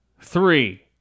Three